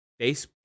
Facebook